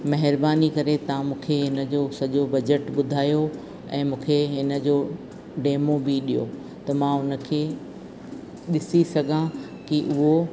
महिरबानी करे तव्हां मूंखे इनजो सॼो बजट ॿुधायो ऐं मूंखे हिनजो डेमो बि ॾियो त मां उनखे ॾिसी सघां की उहो